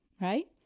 Right